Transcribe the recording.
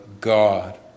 God